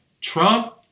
Trump